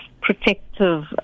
protective